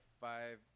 five –